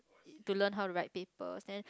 to learn how to write papers then